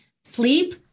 Sleep